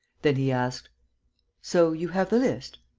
then he asked so you have the list?